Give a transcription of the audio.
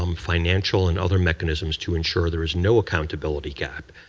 um financial and other mechanics to ensure there's no accountability gap.